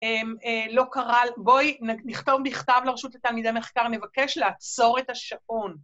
‫לא קרה, בואי נכתוב מכתב ‫לרשות לתלמידי מחקר, ‫נבקש לעצור את השעון.